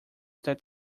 that